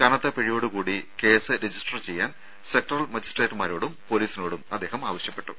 കനത്ത പിഴയോടുകൂടി case register ചെയ്യാൻ സെക്ടറൽ മജിസ്ട്രേറ്റുമാരോടും പൊലീസിനോടും ആവശ്യപ്പെട്ടു